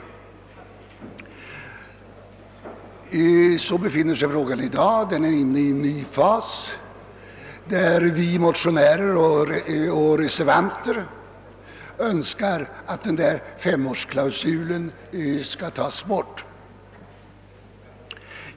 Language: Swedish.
Där befinner sig frågan i dag. Den är nu inne i en ny fas, där vi motionärer och reservanter önskar att nämnda femårsklausul tages bort.